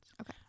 Okay